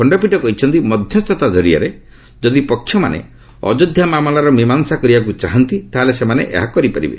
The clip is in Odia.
ଖଶ୍ଚପୀଠ କହିଛନ୍ତି ମଧ୍ୟସ୍ଥତା ଜରିଆରେ ଯଦି ପକ୍ଷମାନେ ଅଯୋଧ୍ୟା ମାମଲାର ମୀମାଂସା କରିବାକୁ ଚାହାନ୍ତି ତାହାହେଲେ ସେମାନେ ଏହା କରିପାରିବେ